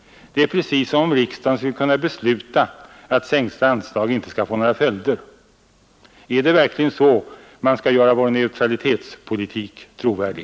Det är precis som om riksdagen skulle kunna besluta att sänkta anslag inte skall få några följder! Är det verkligen så man skall göra vår neutralitetspolitik trovärdig?